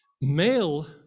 male